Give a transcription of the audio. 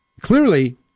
clearly